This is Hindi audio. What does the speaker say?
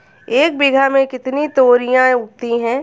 एक बीघा में कितनी तोरियां उगती हैं?